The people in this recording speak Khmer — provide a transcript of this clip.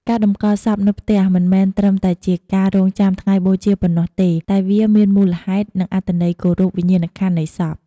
ការតម្កល់សពនៅផ្ទះមិនមែនត្រឹមតែជាការរង់ចាំថ្ងៃបូជាប៉ុណ្ណោះទេ តែវាមានមូលហេតុ និងអត្ថន័យគោរពវិញ្ញាណក្ខន្ធនៃសព។